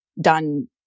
done